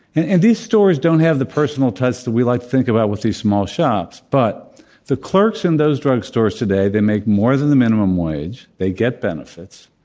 and and these stores don't have the personal touch that we like to think about with these small shops, but the clerks in those drug stores today, they make more than the minimum wage, they get benefits.